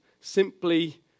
simply